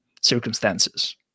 circumstances